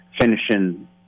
finishing